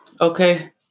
Okay